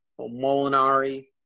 Molinari